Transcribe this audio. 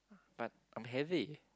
but I'm heavy